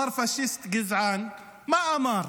שר פשיסט גזען, מה אמר?